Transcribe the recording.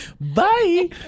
Bye